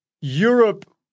Europe